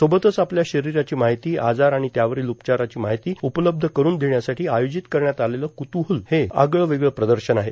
सोबतच आपल्या शरीराची माहिती आजार आणि त्यावरील उपचाराची माहिती उपलब्ध करून देण्यासाठी आयोजित करण्यात आलेले क्तूहल हे आगळेवेगळे प्रदर्शन आहे